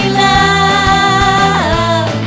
love